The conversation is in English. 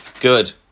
Good